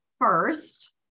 first